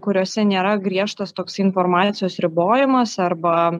kuriose nėra griežtas toksai informacijos ribojimas arba